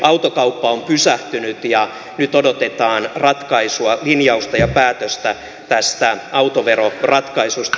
autokauppa on pysähtynyt ja nyt odotetaan ratkaisua linjausta ja päätöstä tästä autoverosta